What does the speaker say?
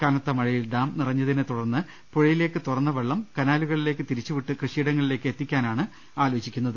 കനത്തമഴയിൽ dam നിറഞ്ഞതിനെ തുടർന്ന് പുഴയിലേക്ക് തുറന്ന വെള്ളം കനാലുകളിലേക്കു തിരിച്ചുവിട്ടു കൃഷിയിടങ്ങളിലേക്ക് എത്തിക്കാനാണ് ആലോചിക്കുന്നത്